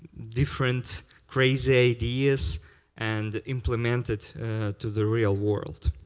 different crazy ideas and implemented to the real world.